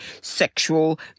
sexual